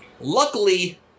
Luckily